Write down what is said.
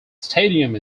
stadium